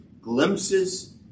glimpses